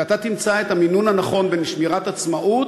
ואתה תמצא את המינון הנכון בין שמירת עצמאות